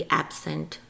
absent